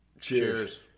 Cheers